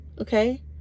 Okay